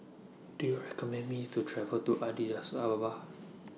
Do YOU recommend Me to travel to Addis Ababa